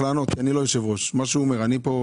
כמה יש במכס?